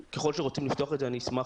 וככל שרוצים לפתוח את זה אני אשמח,